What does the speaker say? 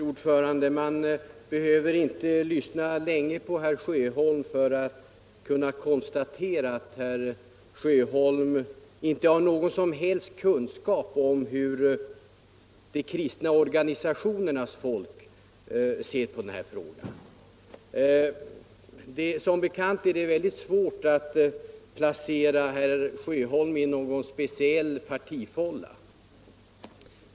Fru talman! Man behöver inte lyssna länge på herr Sjöholm för att kunna konstatera att herr Sjöholm inte har någon som helst kunskap om hur de kristna organisationernas folk ser på denna fråga. Som bekant är det väldigt svårt att placera herr Sjöholm i någon speciell partifålla.